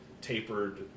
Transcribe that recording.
tapered